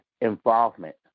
involvement